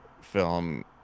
film